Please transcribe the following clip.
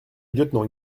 lieutenant